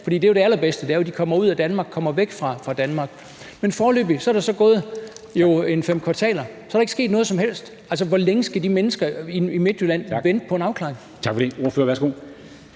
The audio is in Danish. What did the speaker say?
af landet. For det allerbedste er jo, at de kommer ud af Danmark, kommer væk fra Danmark. Men foreløbig er der jo så gået fem kvartaler, og der er ikke sket noget som helst. Altså, hvor længe skal de mennesker i Midtjylland vente på en afklaring? Kl. 09:19 Formanden (Henrik